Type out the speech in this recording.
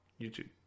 YouTube